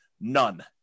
None